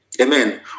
Amen